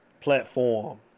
platform